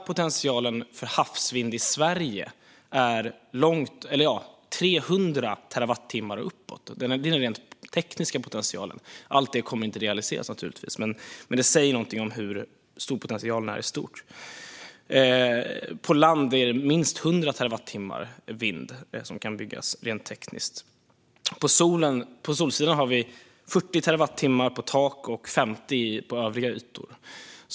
Potentialen bara för havsvind i Sverige är 300 terawattimmar uppåt. Det är den rent tekniska potentialen. Allt detta kommer naturligtvis inte att realiseras. Men detta säger någonting om hur stor potentialen är i stort. På land är det minst 100 terawattimmar vindkraft som kan byggas skapas rent tekniskt. På solsidan har vi 40 terawattimmar på tak och 50 terawattimmar på övriga ytor.